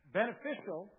beneficial